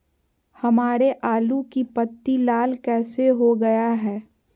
हमारे आलू की पत्ती लाल कैसे हो गया है?